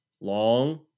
Long